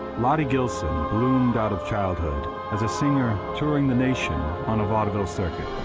lottie gilson bloomed out of childhood as a singer touring the nation on a vaudeville circuit.